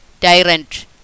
tyrant